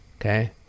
okay